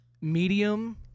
medium